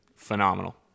Phenomenal